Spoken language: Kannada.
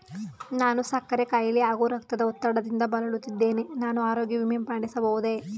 ನಾನು ಸಕ್ಕರೆ ಖಾಯಿಲೆ ಹಾಗೂ ರಕ್ತದ ಒತ್ತಡದಿಂದ ಬಳಲುತ್ತಿದ್ದೇನೆ ನಾನು ಆರೋಗ್ಯ ವಿಮೆ ಮಾಡಿಸಬಹುದೇ?